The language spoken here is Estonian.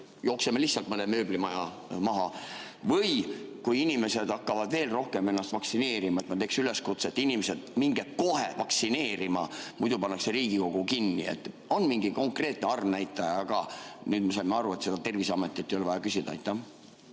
jookseme lihtsalt mõne mööblimaja maha, või kui inimesed hakkavad veel rohkem ennast vaktsineerima, et ma teeks üleskutse, et inimesed, minge kohe vaktsineerima, muidu pannakse Riigikogu kinni? On mingi konkreetne arvnäitaja ka? Nüüd me saime aru, et seda Terviseametilt ei ole vaja küsida. Jaa,